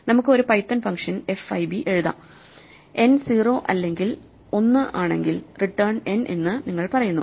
നമുക്ക് ഒരു Python function fib എഴുതാം N 0 അല്ലെങ്കിൽ 1 ആണെങ്കിൽ റിട്ടേൺ nഎന്ന് നിങ്ങൾ പറയുന്നു